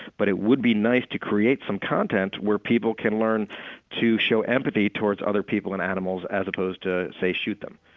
but it would be nice to create some content where people can learn to show empathy toward other people and animals as opposed to, say, shoot them.